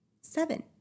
Seven